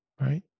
right